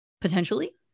potentially